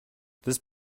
this